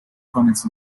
comments